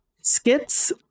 skits